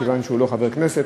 מכיוון שהוא לא חבר כנסת.